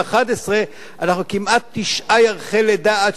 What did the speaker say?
כמעט תשעה ירחי לידה עד שהגענו לחוק הזה.